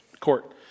Court